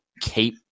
keep